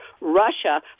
Russia